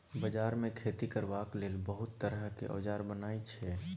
बजार मे खेती करबाक लेल बहुत तरहक औजार बनई छै